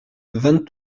vingt